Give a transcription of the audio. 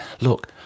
look